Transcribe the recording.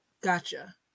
Gotcha